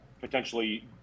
potentially